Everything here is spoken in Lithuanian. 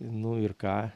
nu ir ką